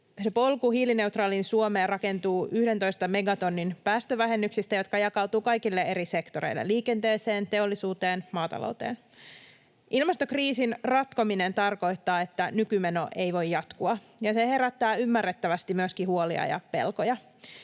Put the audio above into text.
polku hiilineutraaliin Suomeen rakentuu 11 megatonnin päästövähennyksistä, jotka jakautuvat kaikille eri sektoreille: liikenteeseen, teollisuuteen, maatalouteen. Ilmastokriisin ratkominen tarkoittaa, että nykymeno ei voi jatkua, ja se herättää ymmärrettävästi myöskin huolia ja pelkoja.